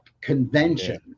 convention